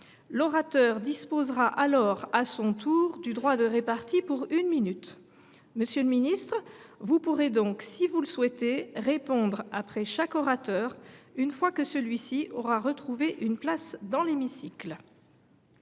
l’orateur disposera alors à son tour du droit de répartie, pour une minute. Monsieur le ministre, vous pourrez donc, si vous le souhaitez, répondre après chaque orateur, une fois que celui ci aura regagné sa place dans l’hémicycle.